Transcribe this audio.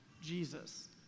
Jesus